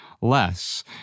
less